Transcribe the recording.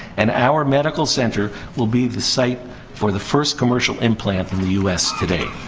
and our medical center will be the site for the first commercial implant in the us today.